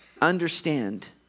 understand